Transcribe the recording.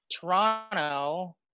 Toronto